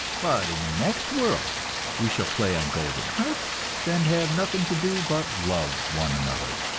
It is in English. but in the next world we shall play on golden harps and have nothing to do but love one another.